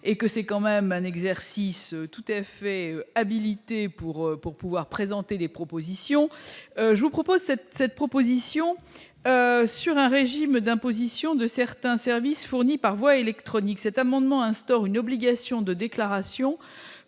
et que c'est quand même un exercice tout à fait habilités pour pour pouvoir présenter des propositions, je vous propose cette cette proposition sur un régime d'imposition de certains services fournis par voie électronique, cet amendement instaure une obligation de déclaration